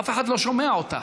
אף אחד לא שומע אותה.